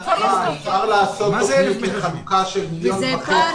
אפשר לעשות תוכנית לחלוקה של 1.5 מיליון.